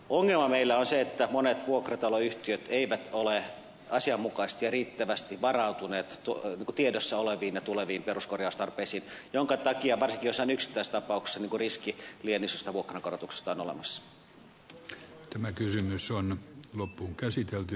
ongelma meillä on se että monet vuokrataloyhtiöt eivät ole asianmukaisesti ja riittävästi varautuneet tiedossa oleviin ja tuleviin peruskorjaustarpeisiin minkä takia varsinkin joissain yksittäistapauksissa riski liian isoista vuokrankorotuksista on olemassa